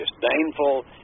disdainful